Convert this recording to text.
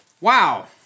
Wow